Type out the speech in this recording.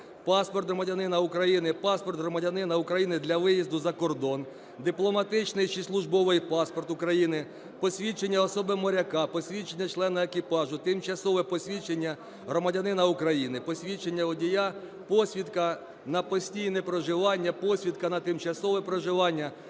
паспорт громадянина України, паспорт громадянина України для виїзду за кордон, дипломатичний чи службовий паспорт України, посвідчення особи моряка, посвідчення члена екіпажу, тимчасове посвідчення громадянина У країни, посвідчення водія, посвідка на постійне проживання, посвідка на тимчасове проживання,